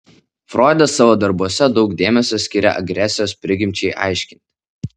froidas savo darbuose daug dėmesio skiria agresijos prigimčiai aiškinti